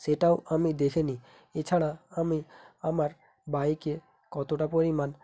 সেটাও আমি দেখে নিই এছাড়া আমি আমার বাইকে কতটা পরিমাণ